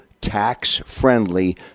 tax-friendly